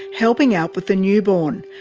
helping out with the newborn.